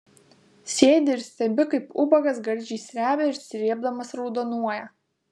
sėdi ir stebi kaip ubagas gardžiai srebia ir srėbdamas raudonuoja